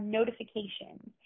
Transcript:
Notifications